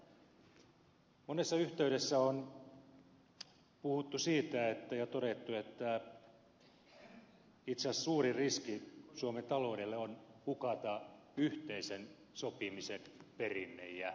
monessa yhteydessä on puhuttu siitä ja todettu että itse asiassa suuri riski suomen taloudelle on hukata yhteisen sopimisen perinne